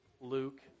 Luke